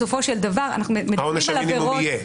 בסופו של דבר אנחנו מדברים על עבירות --- עונש המינימום יהיה.